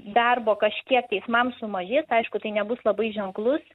darbo kažkiek teismams sumažės aišku tai nebus labai ženklus